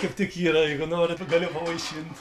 kaip tik yra jeigu norit galiu pavaišint